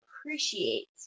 appreciate